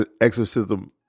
exorcism